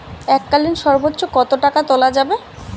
এককালীন সর্বোচ্চ কত টাকা তোলা যাবে?